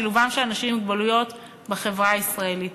את שילובם של אנשים עם מוגבלויות בחברה הישראלית.